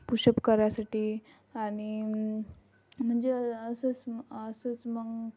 push-up करायसाठी आणि म्हणजे अ असंच म अ असंच मग